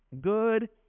Good